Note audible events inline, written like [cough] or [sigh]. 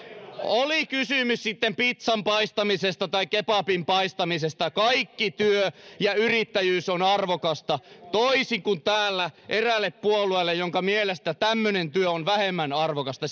oli kysymys sitten pizzan paistamisesta tai kebabin paistamisesta kaikki työ ja yrittäjyys on arvokasta toisin kuin täällä eräälle puolueelle jonka mielestä tämmöinen työ on vähemmän arvokasta [unintelligible]